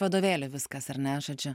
vadovėly viskas ar ne žodžiu